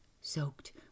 soaked